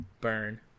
Burn